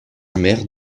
maire